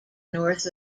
north